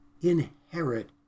inherit